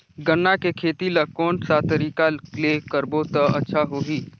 गन्ना के खेती ला कोन सा तरीका ले करबो त अच्छा होही?